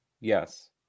Yes